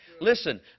Listen